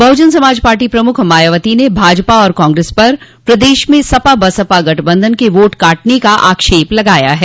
बहुजन समाज पार्टी प्रमुख मायावती ने भाजपा और कांग्रेस पर प्रदेश में सपा बसपा गठबंधन के वोट काटने का आक्षेप लगाया है